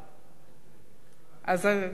נתקבלו.